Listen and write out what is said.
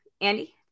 Andy